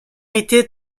héritier